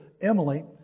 Emily